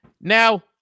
now